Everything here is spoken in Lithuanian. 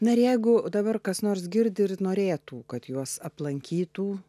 na ir jeigu dabar kas nors girdi ir norėtų kad juos aplankytų